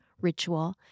ritual